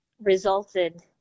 resulted